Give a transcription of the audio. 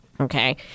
Okay